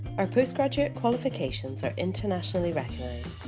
our postgraduate qualifications are internationally recognised,